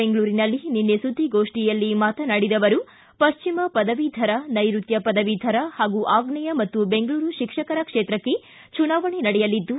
ಬೆಂಗಳೂರಿನಲ್ಲಿ ನಿನ್ನೆ ಸುದ್ಗೋಷ್ಠಿಯಲ್ಲಿ ಮಾತನಾಡಿದ ಅವರು ಪಶ್ಚಿಮ ಪದವೀಧರ ನೈರುತ್ತ ಪದವೀಧರ ಹಾಗೂ ಆಗ್ನೇಯ ಮತ್ತು ಬೆಂಗಳೂರು ಶಿಕ್ಷಕರ ಕ್ಷೇತ್ರಕ್ಕೆ ಚುನಾವಣೆ ನಡೆಯಲಿದ್ದು